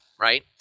right